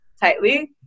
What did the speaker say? tightly